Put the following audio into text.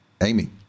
Amy